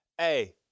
Hey